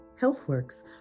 HealthWorks